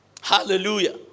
Hallelujah